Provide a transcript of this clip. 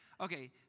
Okay